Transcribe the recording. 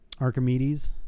Archimedes